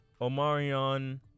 Omarion